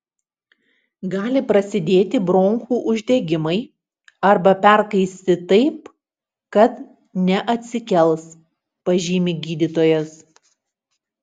gali prasidėti bronchų uždegimai arba perkaisti taip kad neatsikels pažymi gydytojas